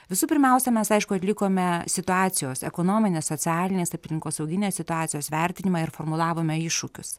visų pirmiausia mes aišku atlikome situacijos ekonominės socialinės aplinkosauginės situacijos vertinimą ir formulavome iššūkius